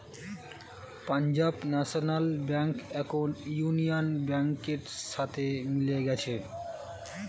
Punjab national bank এখন union ব্যাংকের সাথে মিলে গেছে